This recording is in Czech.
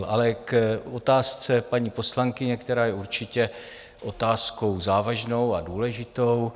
Ale k otázce paní poslankyně, která je určitě otázkou závažnou a důležitou.